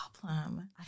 problem